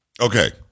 Okay